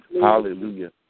Hallelujah